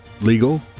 legal